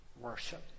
worship